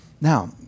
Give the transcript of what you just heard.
Now